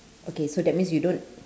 okay so that means you don't